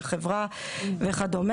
לחברה וכו'.